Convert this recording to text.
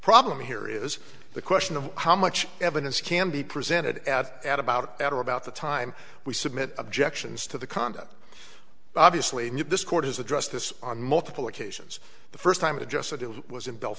problem here is the question of how much evidence can be presented at at about that or about the time we submit objections to the conduct obviously this court has addressed this on multiple occasions the first time it just said it was in bell